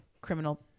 criminal